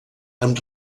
amb